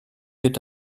wird